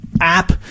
app